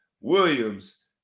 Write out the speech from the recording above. Williams